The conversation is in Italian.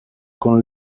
con